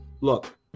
look